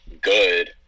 good